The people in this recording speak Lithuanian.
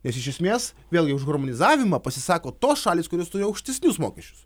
nes iš esmės vėlgi už harmonizavimą pasisako tos šalys kurios turi aukštesnius mokesčius